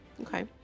Okay